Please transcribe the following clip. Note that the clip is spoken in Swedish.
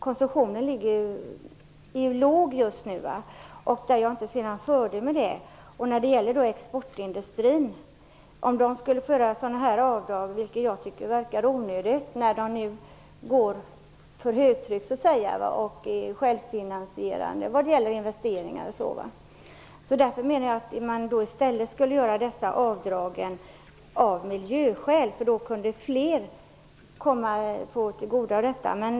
Konsumtionen är låg just nu. Jag ser ingen fördel med detta. Jag tycker att det verkar onödigt att exportindustrin skulle få göra avdrag av detta slag. Exportindustrin går ju för högtryck och är självfinansierande vad gäller investeringar. Jag menar att dessa avdrag i stället skulle få göras av miljöskäl. Då kunde de komma fler till godo.